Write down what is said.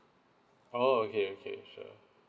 oh okay okay sure